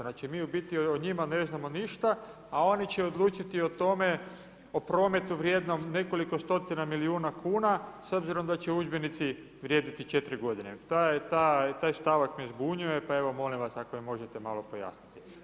Znači mi u biti njima ne znamo ništa, a oni će odlučiti o tome, o prometu vrijednom nekoliko stotina milijuna kuna, s obzirom da će udžbenici vrijediti 4 g. Taj stavak me zbunjuje pa evo, molim vas, ako mi možete malo pojasniti.